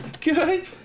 good